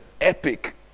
epic